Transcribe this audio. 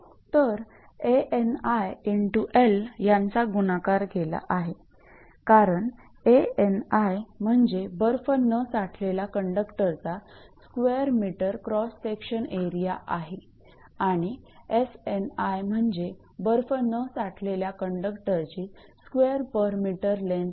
तर 𝐴𝑛𝑖 × 𝑙 यांचा गुणाकार केला आहे कारण 𝐴𝑛𝑖 म्हणजे बर्फ न साठलेला कंडक्टरचा स्क्वेअर मीटरक्रॉस सेक्शन एरिया आहे आणि 𝑆𝑛𝑖 म्हणजे बर्फ न साठलेला कंडक्टरची स्क्वेअर पर मीटर लेन्थ आहे